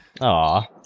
Aw